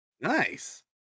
Nice